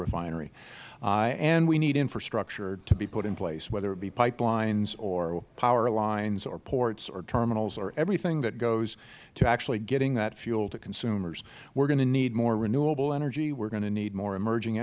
refinery and we need infrastructure to be put in place whether it be pipelines or power lines or ports or terminals or everything that goes to actually getting that fuel to consumers we are going to need more renewable energy we are going to need more emerging